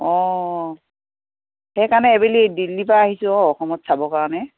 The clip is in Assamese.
অঁ সেইকাৰণে এইবেলি দিল্লী পৰা আহিছোঁ অ অসমত চাবৰ কাৰণে